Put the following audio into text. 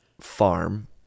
farm